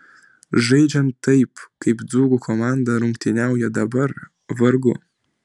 žaidžiant taip kaip dzūkų komanda rungtyniauja dabar vargu